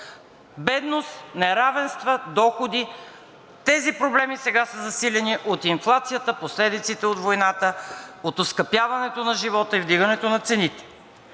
Бедност, неравенства, доходи – тези проблеми сега са засилени от инфлацията, последиците от войната, от оскъпяването на живота и вдигането на цените.